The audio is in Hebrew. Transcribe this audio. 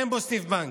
אין בו סניף בנק.